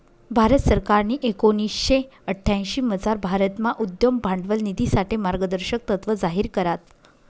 भारत सरकारनी एकोणीशे अठ्यांशीमझार भारतमा उद्यम भांडवल निधीसाठे मार्गदर्शक तत्त्व जाहीर करात